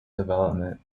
development